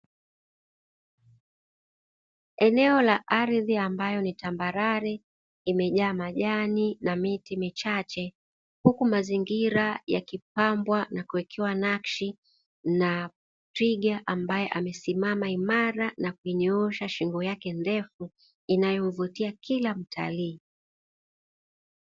Eneo la ardhi ambayo ni tambarare imejaa majani na miti michache, huku mazingira yakipambwa na kuwekewa nakshi, na twiga ambaye amesimama imara na kuonyesha shingo yake ndefu inayomvutia kila mtalii.